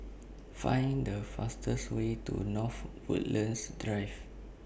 Find The fastest Way to North Woodlands Drive